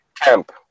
camp